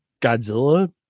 Godzilla